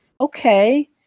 Okay